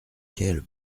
quelles